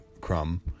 crumb